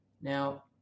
Now